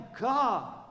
God